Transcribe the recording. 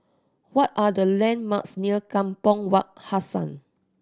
what are the landmarks near Kampong Wak Hassan